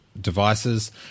devices